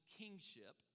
kingship